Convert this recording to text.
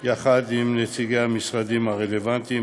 יחד עם נציגי המשרדים הרלוונטיים,